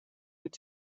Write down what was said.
mit